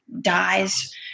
dies